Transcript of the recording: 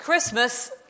Christmas